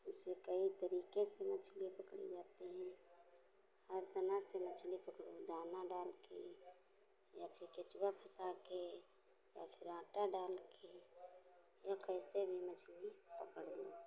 ऐसे कई तरीके की मछली पकड़ी जाती है हर तरह से मछली पकड़ो दाना डालके या फिर केंचुआ फँसाके या फिर आटा डालके या कैसे भी मछली पकड़ ले